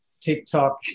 TikTok